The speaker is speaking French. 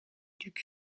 duc